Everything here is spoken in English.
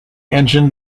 engine